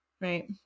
right